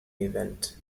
event